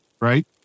right